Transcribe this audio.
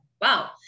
wow